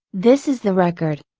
this is the record.